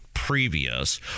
previous